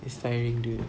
it's tiring dude